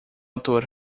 ator